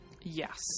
Yes